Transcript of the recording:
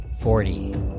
Forty